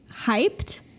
hyped